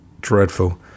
dreadful